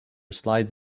slides